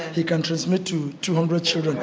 he can transmit to two hundred sort of